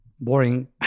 Boring